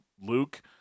Luke